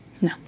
No